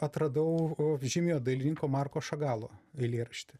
atradau žymiojo dailininko marko šagalo eilėraštį